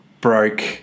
broke